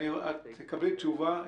חברת הכנסת רוזין, את תקבלי תשובה.